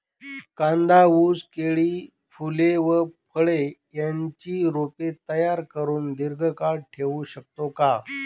कांदा, ऊस, केळी, फूले व फळे यांची रोपे तयार करुन दिर्घकाळ ठेवू शकतो का?